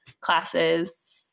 classes